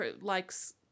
likes